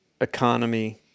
economy